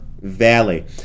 Valley